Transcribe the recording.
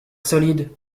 solide